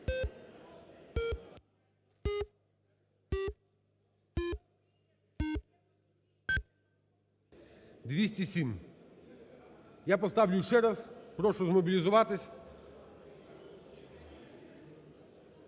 За-207 Я поставлю ще раз, прошу змобілізуватись.